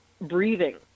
breathing